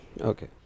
Okay